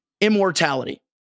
immortality